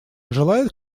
желает